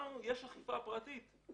לנו יש אכיפה פרטית.